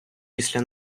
після